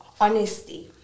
honesty